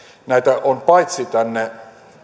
näitä on tänne